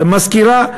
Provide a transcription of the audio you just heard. מזכירה,